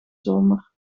zomer